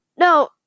No